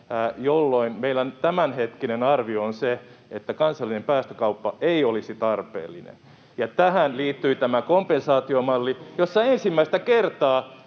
jolloin meidän tämänhetkinen arviomme on se, että kansallinen päästökauppa ei olisi tarpeellinen. Tähän liittyi tämä kompensaatiomalli, jossa ensimmäistä kertaa,